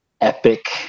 epic